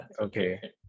okay